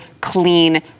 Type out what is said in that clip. clean